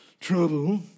trouble